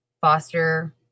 Foster